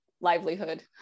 livelihood